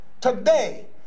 today